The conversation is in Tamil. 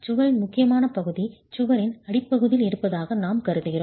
சுவரின் முக்கியமான பகுதி சுவரின் அடிப்பகுதியில் இருப்பதாக நாம் கருதுகிறோம்